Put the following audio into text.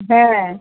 হ্যাঁ